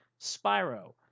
Spyro